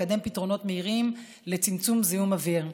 לקדם פתרונות מהירים לצמצום זיהום אוויר.